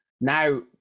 now